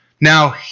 now